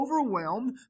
overwhelmed